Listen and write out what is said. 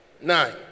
nine